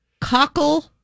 Cockle